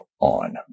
on